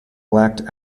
lacked